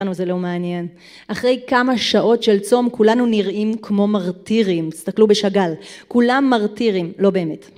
אותנו זה לא מעניין. אחרי כמה שעות של צום כולנו נראים כמו מרטירים. תסתכלו בשגאל, כולם מרטירים, לא באמת.